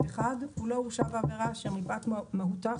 הוא לא הורשע בעבירה אשר מפאת מהותה,